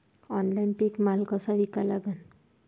Online पीक माल कसा विका लागन?